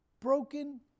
Broken